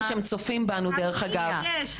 צופים בנו, דרך אגב.